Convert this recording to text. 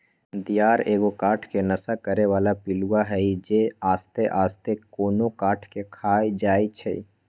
दियार एगो काठ के नाश करे बला पिलुआ हई जे आस्ते आस्ते कोनो काठ के ख़ा जाइ छइ